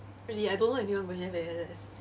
really I don't know anyone going F_A_S_S